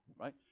Right